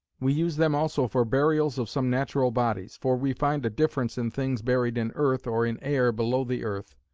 we use them also for burials of some natural bodies for we find a difference in things buried in earth or in air below the earth,